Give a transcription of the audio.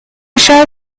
shall